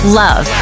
love